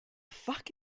fuck